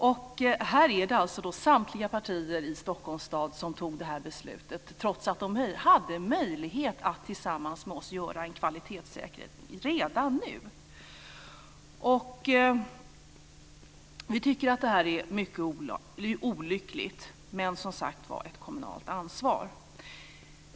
Det var alltså samtliga partier i Stockholms stad som fattade det här beslutet, trots att de hade en möjlighet att tillsammans med oss göra en kvalitetssäkring redan nu. Vi tycker att det här är mycket olyckligt, men det är, som sagt, ett kommunalt ansvar.